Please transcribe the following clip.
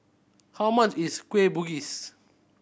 how much is Kueh Bugis